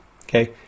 Okay